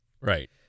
Right